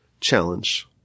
challenge